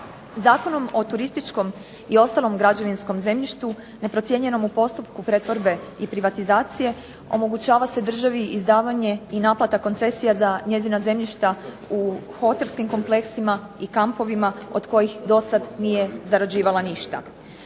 Zakonom o turističkom i ostalom građevinskom zemljištu neprocijenjenom u postupku pretvorbe i privatizacije omogućava se država izdavanje i naplata koncesija za njezina zemljišta u hotelskim kompleksima i kampovima od kojih do sada nije zarađivala ništa.